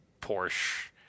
Porsche